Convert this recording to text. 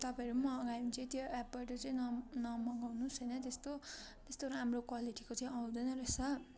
तपाईँहरू मगायो भने चाहिँ त्यो एपबाट चाहिँ न न मगाउनु होस् होइन त्यस्तो त्यस्तो राम्रो क्वालिटीको चाहिँ आउँदैन रहेछ